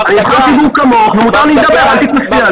תשמור על